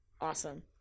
awesome